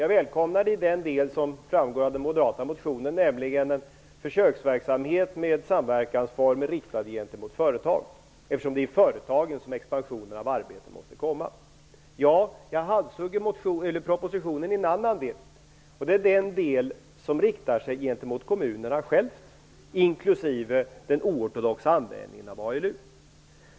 Jag välkomnar det till den del som framgår av den moderata motionen, nämligen när det gäller försöksverksamhet med samverkansformer riktade mot företag, eftersom det är i företagen som expansionen av arbete måste komma. Jag halshugger propositionen i en annan del. Det är den del som riktar sig till kommunerna själva, inklusive den oortodoxa användningen av ALU.